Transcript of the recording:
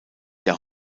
der